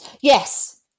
Yes